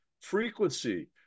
frequency